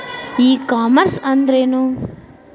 E commerce ಅಂದ್ರೇನು?